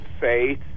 faith